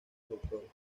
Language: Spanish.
autores